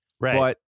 Right